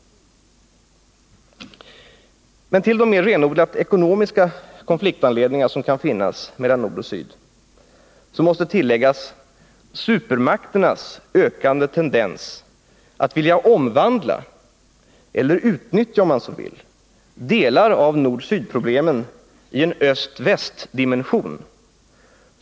Men till de mer renodlat ekonomiska konfliktanledningar som kan finnas mellan nord och syd måste läggas supermakternas ökande tendens att vilja omvandla — eller utnyttja, om man så vill — delar av nord-syd-problemen i en öst-väst-dimension.